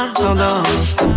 tendance